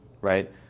right